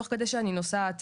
תוך כדי שאני נוסעת,